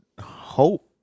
hope